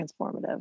transformative